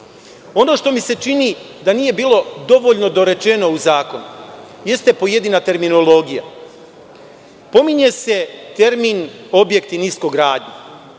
što mi se čini da nije bilo dovoljno dorečeno u zakonu jeste pojedina terminologija. Pominje se termin – objekti niskogradnje